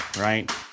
right